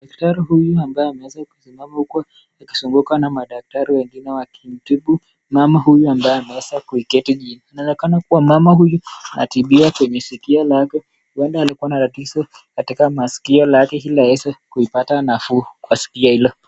Dakrati huyu ambaye ameweza kusimama huku akizungukwa na madaktari wengine wakimtibu mama huyu ambaye ameweza kuiketi chini. Inaonekana mama huyu anatibiwa kwenye sikio lake, uenda alikuwa na tatizo katika maskio lake ili aweze kupata nafuu kwa sikio hilo.